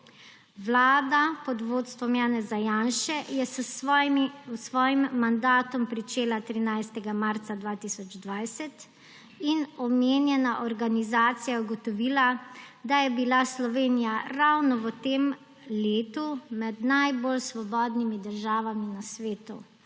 Vlada pod vodstvom Janeza Janše je s svojim mandatom pričela 13. marca 2020 in omenjena organizacija je ugotovila, da je bila Slovenija ravno v tem letu med najbolj svobodnimi državami na svetu.